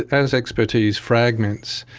as expertise fragments,